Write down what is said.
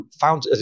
found –